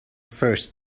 first